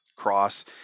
cross